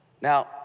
Now